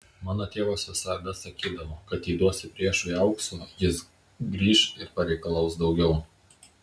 mano tėvas visada sakydavo kad jei duosi priešui aukso jis grįš ir pareikalaus daugiau